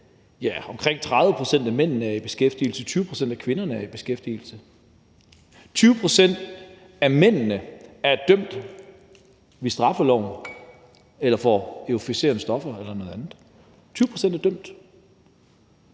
Ja, omkring 30 pct. af mændene er i beskæftigelse, og 20 pct. af kvinderne er i beskæftigelse. 20 pct. af mændene er dømt efter straffeloven for euforiserende stoffer eller noget andet – 20 pct. er dømt.